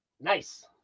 Nice